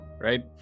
right